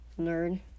nerd